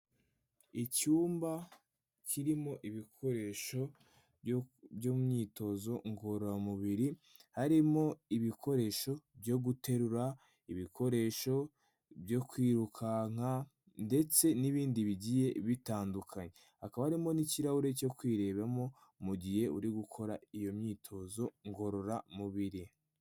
Icyumba kirimo ibikoresho by'umwitozo ngororamubiri, harimo ibikoresho byo guterura, ibikoresho byo kwirukanka ndetse n'ibindi bigiye bitandukanye, hakaba harimo n'ikirahure cyo kwirebamo mu gihe uri gukora iyo myitozo ngororamubiri.